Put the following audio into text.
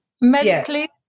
medically